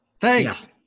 Thanks